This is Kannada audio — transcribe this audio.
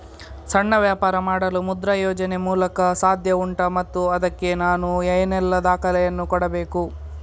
ಸಣ್ಣ ವ್ಯಾಪಾರ ಮಾಡಲು ಮುದ್ರಾ ಯೋಜನೆ ಮೂಲಕ ಸಾಧ್ಯ ಉಂಟಾ ಮತ್ತು ಅದಕ್ಕೆ ನಾನು ಏನೆಲ್ಲ ದಾಖಲೆ ಯನ್ನು ಕೊಡಬೇಕು?